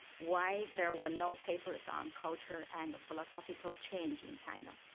why there were no papers on culture and philosophical change in china?